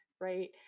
right